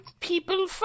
people